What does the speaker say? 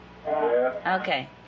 Okay